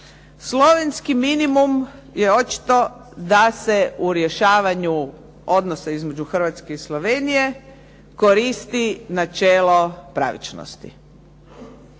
Slovenski minimum je očito da se u rješavanju odnosa između Hrvatske i Slovenije koristi načelo pravičnosti.